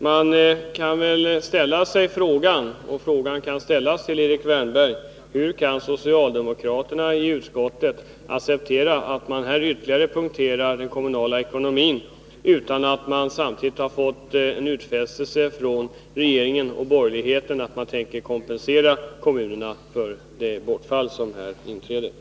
Man kan ställa sig frågan — och den kan riktas till Erik Wärnberg: Hur kan socialdemokraterna i utskottet acceptera att man ytterligare punkterar den kommunala ekonomin utan att samtidigt ha fått någon utfästelse från regeringen och borgerligheten om att de tänker kompensera kommunerna för det bortfall som kommer att uppstå?